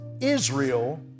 Israel